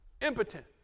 impotent